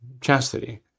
Chastity